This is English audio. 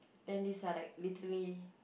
then these are like literally